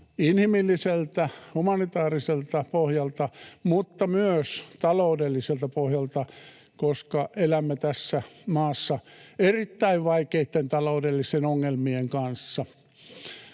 inhimilliseltä, humanitaariselta pohjalta mutta myös taloudelliselta pohjalta, koska elämme tässä maassa erittäin vaikeitten taloudellisten ongelmien kanssa.